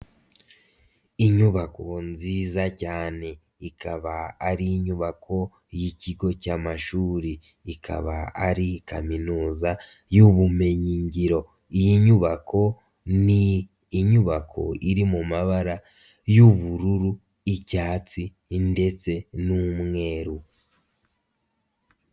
Inyubako nziza cyane, ikaba ari inyubako y'ikigo cy'amashuri, ikaba ari Kaminuza y'ubumenyigiro, iyi nyubako ni inyubako iri mu mabara y'ubururu, icyatsi ndetse n'umweru.